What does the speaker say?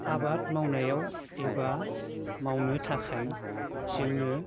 आबाद मावनायाव एबा मावनो थाखाय जोंनो